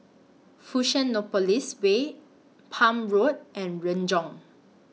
Fusionopolis Way Palm Road and Renjong